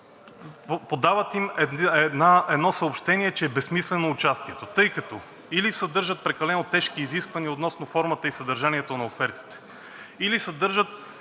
подават им едно съобщение, че е безсмислено участието, тъй като или съдържат прекалено тежки изисквания относно формата и съдържанието на офертите, или съдържат